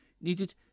needed